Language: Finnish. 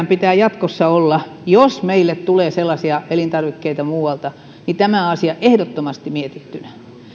pitää jatkossa olla jos meille tulee sellaisia elintarvikkeita muualta tämä asia ehdottomasti mietittynä